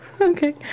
Okay